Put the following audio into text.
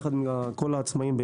יחד עם כל העצמאיים,